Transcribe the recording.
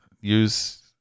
use –